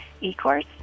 e-course